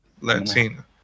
Latina